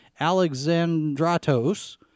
Alexandratos